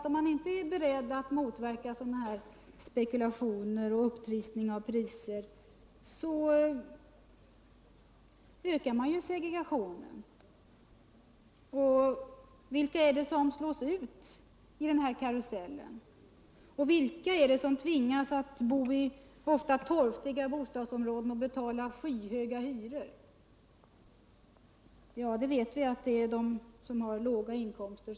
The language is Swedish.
Om man inte är beredd att motverka spekulationer av detta slag och upptrissning av priser, ökar man självfallet segregationen. Vilka är det som slås ut i den här karusellen? Vilka är det som tvingas att bo i ofta torftiga bostadsområden och betala skyhöga hyror? Ja, vi vet att det är de som har låga inkomster.